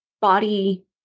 body